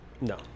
No